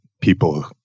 people